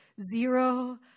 zero